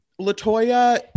Latoya